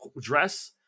dress